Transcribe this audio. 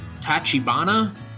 tachibana